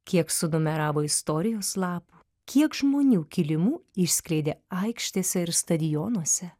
kiek sunumeravo istorijos lapų kiek žmonių kilimų išskleidė aikštėse ir stadionuose